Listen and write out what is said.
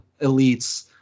Elites